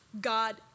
God